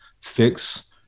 fix